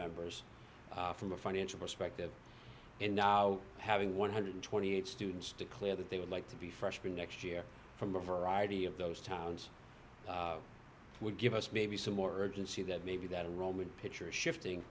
members from a financial perspective and now having one hundred and twenty eight dollars students declare that they would like to be freshman next year from a variety of those towns would give us maybe some more urgency that maybe that a roman pitcher shifting